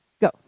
go